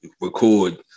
record